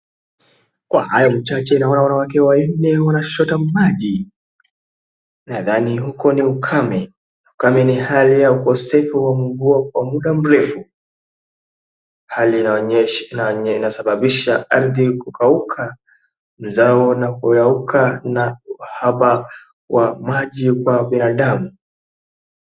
Kwa hayo machache naona wanawake wanne wanachota maji, nadhani huko ni ukame. Ukame ni hali ya ukosefu wa mvua kwa muda mrefu, hali inayosababisha ardhi kukauka na mazao kunyauka na uhaba wa maji kwa binadamu.